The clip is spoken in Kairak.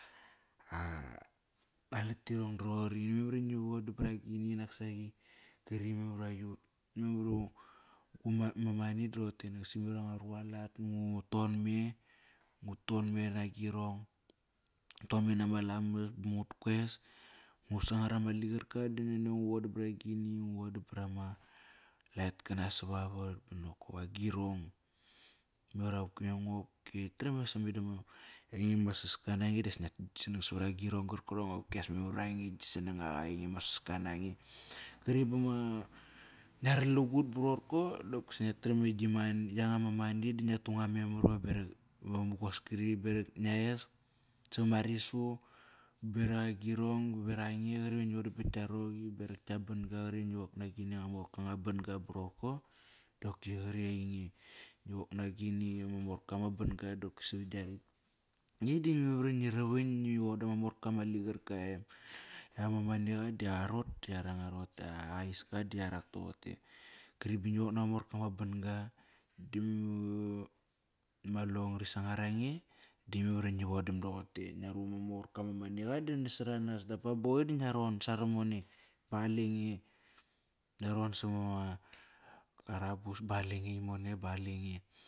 A, ma lkatirong di roqori memar iva ngi vodabragini naksaqi. Ma nani di roqote naksi memar iva ngua rualat, ngu ton me, ngu ton me nagirong, ngu ton me nama lamas ba ngut ques. Ngu sangar ama ligarka di naniango va ngu vodam bragini da ngu vodabrama laet kana savavat ba nokop agirong. ainge ama saska nange dias ngia tu gi sanang savra girong, qarkarong i as memar vra nge i gi sanangaqa ama saska nange. Qri bama, nga rat lagut ba roqorko, di qopkias nga taram i gi money, yanga ma money di nga tunga memar va berak, va mugas kri berak ngiaes savaman risu, beraqa girong beraqa nge qri va ngi vodam vat tka roqi berak tka banga qri ngi vokk nagini anga morka nga ban-ga ba roqorko dopki ari ainge. Ngi vok nagini ama morka ma ban-ga dopki savaga ritk. Yak ama maniqa di a rot ti yaranga roqote, ah aiska di yarak toqote. Kri ba ngi wok nama morka ma ban-ga da ma law ngari sangar ange da memar ingi vodam doqote. Nga ru ma morka ma maniqa di nasaranas dap pa ba qoir da nga ron saramone ba qalenge. Nga ron savama karabus ba qale nge imone ba qalenge.